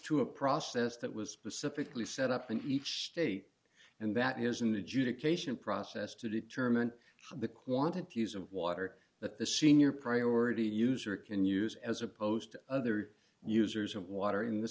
to a process that was specifically set up in each state and that is an adjudication process to determine the quantities of water that the senior priority user can use as opposed to other users of water in the